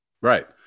Right